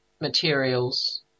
materials